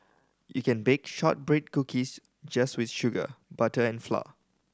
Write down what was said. you can bake shortbread cookies just with sugar butter and flour